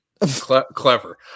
Clever